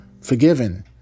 forgiven